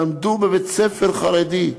שלמדו בבית-ספר חרדי.